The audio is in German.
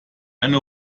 eine